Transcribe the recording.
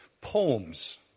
poems